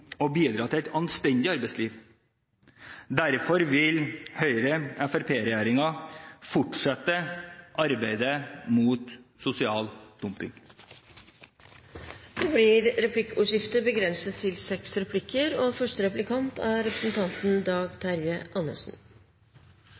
å bidra til et anstendig arbeidsliv. Derfor vil Høyre–Fremskrittsparti-regjeringen fortsette arbeidet mot sosial dumping. Det blir replikkordskifte. Jeg har allerede gratulert statsråden. Det er – ikke overraskende – ikke veldig mye som er